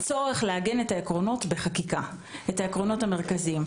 הצורך לעגן את העקרונות המרכזיים בחקיקה.